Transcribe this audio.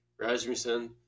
Rasmussen